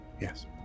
Yes